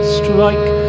strike